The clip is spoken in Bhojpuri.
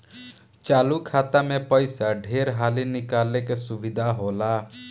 चालु खाता मे पइसा ढेर हाली निकाले के सुविधा होला